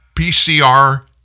PCR